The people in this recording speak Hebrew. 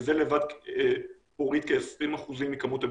וזה לבד הוריד כ-20% מכמות הבידודים.